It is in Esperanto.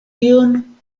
ion